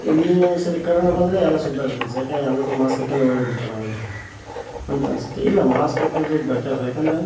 ಇನ್ನೂ ಒಂದು ಸರಿ ಕರೋನಾ ಬಂದರೆ ಎಲ್ಲ ಶುದ್ಧ ಆಗುತ್ತೆ ಒಂದು ಸರಿ ಯಾಕೆಂದ್ರೆ ಎಲ್ಲ ಮಾಸ್ಕ್ ಹಾಕ್ಕೊಂಡು ಓಡಾಡಿ ಬಿಡ್ತಾರೆ ಆವಾಗ ಅಂತ ಅನ್ಸುತ್ತೆ ಇಲ್ಲ ಮಾಸ್ಕ್ ಹಾಕೊಳ್ಳೋದು ಬೆಟರ್ ಯಾಕೆಂದ್ರೆ